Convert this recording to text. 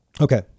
Okay